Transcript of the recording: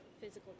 physical